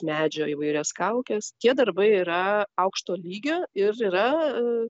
medžio įvairias kaukes tie darbai yra aukšto lygio ir yra